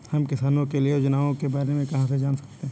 हम किसानों के लिए योजनाओं के बारे में कहाँ से जान सकते हैं?